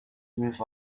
move